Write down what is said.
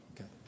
Okay